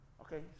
Okay